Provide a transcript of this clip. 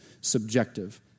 subjective